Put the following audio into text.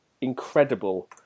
incredible